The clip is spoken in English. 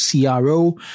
CRO